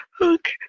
okay